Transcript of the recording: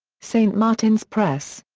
st. martin's press.